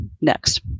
next